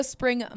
Spring